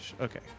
okay